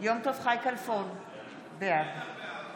יום טוב חי כלפון, בעד בטח בעד.